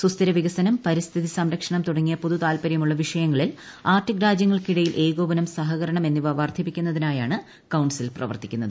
സുസ്ഥിര വികസനം പരിസ്ഥിതി സംരക്ഷണം തുടങ്ങിയ പൊതു താൽപര്യമുള്ള വിഷയങ്ങളിൽ ആർട്ടിക് രാജ്യങ്ങൾക്കിടയിൽ ഏകോപനം സഹകരണം എന്നിവ വർദ്ധിപ്പിക്കുന്നതിനായാണ് കൌൺസിൽ പ്രവർത്തിക്കുന്നത്